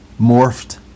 morphed